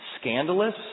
scandalous